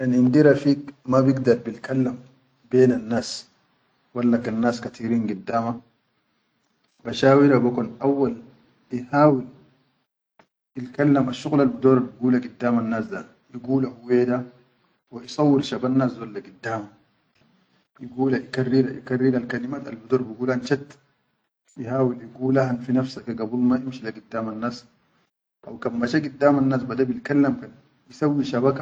Kan indi rafig ma bigdar bilkallam belan nas walla kan nas kateerin giddama, ba shawira be kon auwal ihawil ilkallam asshuqulal bidor bi gula giddaman nas da igula hu weda wa issawur shaban nas dol da giddama igula ikarrida ikarrida kalimat al bigulan chat ihawil igula fi nafsa ke da gabul ma imshi le giddaman nas bele bil kamal kan bisawwi.